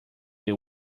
they